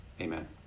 Amen